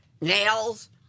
nails